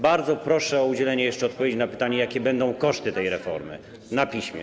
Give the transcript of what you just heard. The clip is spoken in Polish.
Bardzo proszę o udzielenie jeszcze odpowiedzi na pytanie, jakie będą koszty tej reformy, na piśmie.